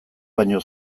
baino